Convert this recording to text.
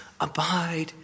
abide